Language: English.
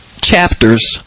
chapters